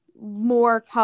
more